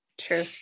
True